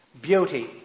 beauty